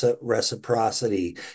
reciprocity